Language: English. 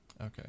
Okay